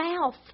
mouth